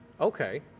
Okay